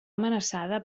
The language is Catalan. amenaçada